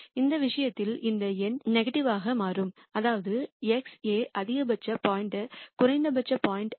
இந்த விஷயத்தில் இந்த எண் நெகட்டிவாக மாறும் அதாவது x a அதிகபட்ச பாயிண்ட் குறைந்தபட்ச பாயிண்ட் அல்ல